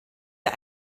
der